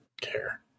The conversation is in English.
care